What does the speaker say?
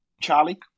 Charlie